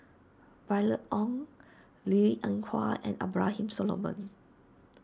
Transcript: Violet Oon Linn in Hua and Abraham Solomon